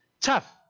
Tough